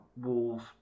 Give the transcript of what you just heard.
Wolves